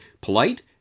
polite